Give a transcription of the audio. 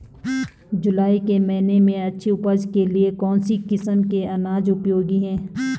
जुलाई के महीने में अच्छी उपज के लिए कौन सी किस्म के अनाज उपयोगी हैं?